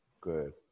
good